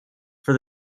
for